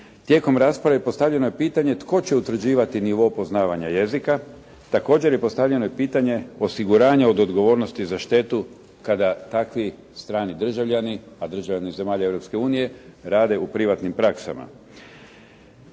tijekom rasprave postavljeno je pitanje tko će utvrđivati nivo poznavanja jezika. Također i postavljeno je pitanje osiguranje od odgovornosti za štetu kada takvi strani državljani, a državljani zemalja Europske unije rede u privatnim praksama.